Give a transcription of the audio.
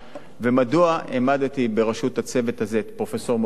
ומדוע העמדתי בראשות הצוות הזה את פרופסור מור-יוסף,